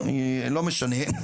לא משנה.